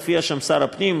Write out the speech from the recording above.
הופיע שם שר הפנים,